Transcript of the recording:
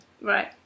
Right